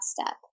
step